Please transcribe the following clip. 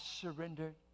surrendered